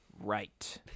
Right